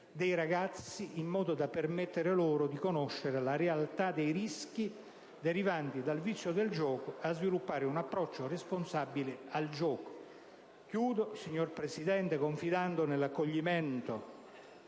dei ragazzi in modo da permettere loro di conoscere la realtà dei rischi derivanti dal vizio del gioco e a sviluppare un approccio responsabile al gioco. Concludo, signor Presidente, confidando nell'accoglimento